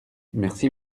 merci